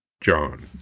John